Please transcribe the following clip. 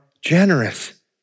generous